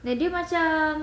like dia macam